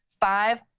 five